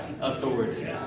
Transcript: authority